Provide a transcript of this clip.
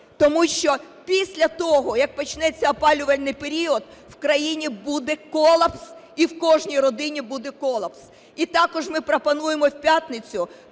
Тому що після того, як почнеться опалювальний період, в країні буде колапс і в кожній родині буде колапс. І також ми пропонуємо в п'ятницю